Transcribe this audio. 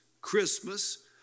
Christmas